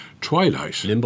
twilight